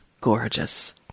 gorgeous